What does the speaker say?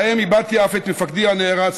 שבהם איבדתי אף את מפקדי הנערץ,